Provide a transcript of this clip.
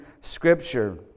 Scripture